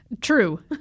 True